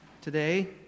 today